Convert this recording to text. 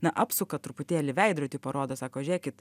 na apsuka truputėlį veidrodį parodo sako žiūrėkit